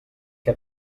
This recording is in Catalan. que